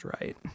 right